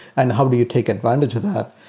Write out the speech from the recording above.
and how do you take advantage of that.